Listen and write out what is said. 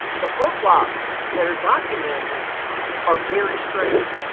the flip-flops that are documented are very strange.